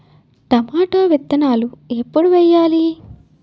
Tomato విత్తనాలు ఎప్పుడు వెయ్యాలి?